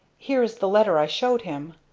here is the letter i showed him,